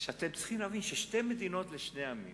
שאתם צריכים להבין ששתי מדינות לשני עמים